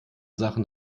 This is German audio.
sachen